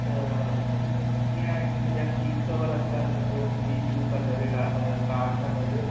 त उन कीअं आहे की सॼा सीट कवर असां सभु फ़्री ॾियूं था गॾु था कार सां गॾु